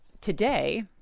today